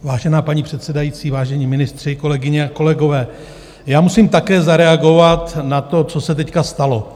Vážená paní předsedající, vážení ministři, kolegyně, kolegové, já musím také zareagovat na to, co se teď stalo.